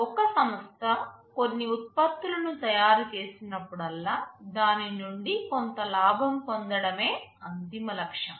ఒక సంస్థ కొన్ని ఉత్పత్తులను తయారుచేసినప్పుడల్లా దాని నుండి కొంత లాభం పొందడమే అంతిమ లక్ష్యం